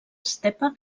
estepa